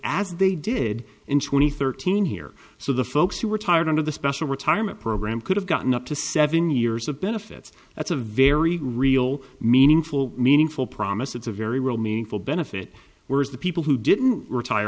as they did in twenty thirteen here so the folks who were tired of the special retirement program could have gotten up to seven years of benefits that's a very real meaningful meaningful promise it's a very real meaningful benefit whereas the people who didn't retire